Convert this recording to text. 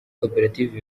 koperative